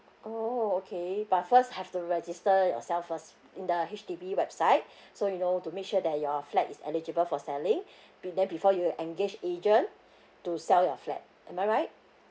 oh okay but first have to register yourself first in the H_D_B website so you know to make sure that your flat is eligible for selling be~ then before you engage agent to sell your flat am I right